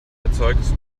erzeugt